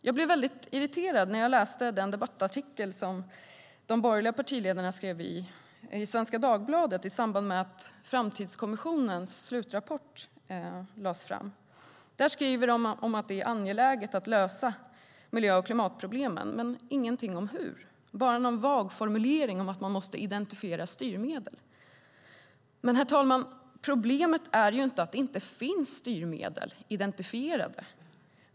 Jag blev irriterad när jag läste debattartikeln i Svenska Dagbladet från de borgerliga partiledarna i samband med att Framtidskommissionen lade fram sin slutrapport. Där skriver man om hur angeläget det är att lösa miljö och klimatproblemen, men ingenting om hur. Det finns bara någon vag formulering om att man måste identifiera styrmedel. Herr talman! Problemet är ju inte att det inte finns styrmedel identifierade.